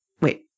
wait